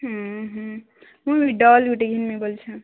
ହୁଁ ହୁଁ ମୁଁ ଡଲ୍ ଗୋଟେ କିଣିବି ବୋଲ୍ଛି